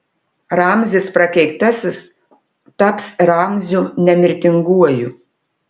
ramzis prakeiktasis taps ramziu nemirtinguoju